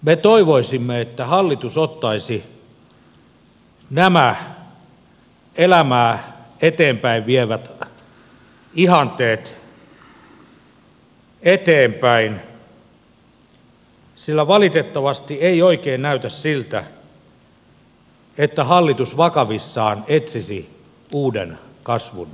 me toivoisimme että hallitus ottaisi nämä elämää eteenpäin vievät ihanteet eteenpäin sillä valitettavasti ei oikein näytä siltä että hallitus vakavissaan etsisi uuden kasvun siemeniä